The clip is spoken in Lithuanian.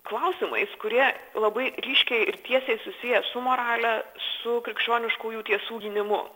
klausimais kurie labai ryškiai ir tiesiai susiję su morale su krikščioniškųjų tiesų gynimu